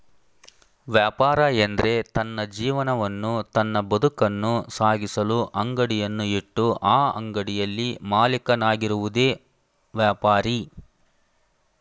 ವ್ಯಾಪಾರ ಎಂದ್ರೆ ತನ್ನ ಜೀವನವನ್ನು ತನ್ನ ಬದುಕನ್ನು ಸಾಗಿಸಲು ಅಂಗಡಿಯನ್ನು ಇಟ್ಟು ಆ ಅಂಗಡಿಯಲ್ಲಿ ಮಾಲೀಕನಾಗಿರುವುದೆ ವ್ಯಾಪಾರಿ